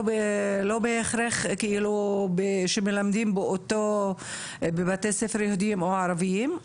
לא בהכרח שמלמדים בבתי ספר יהודיים או ערביים,